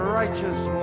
righteous